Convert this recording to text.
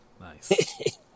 nice